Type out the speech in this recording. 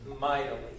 Mightily